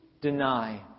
deny